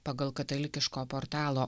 pagal katalikiško portalo